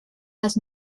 has